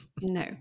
No